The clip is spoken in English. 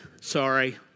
Sorry